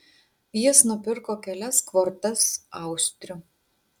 jis nupirko kelias kvortas austrių